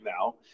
now